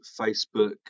Facebook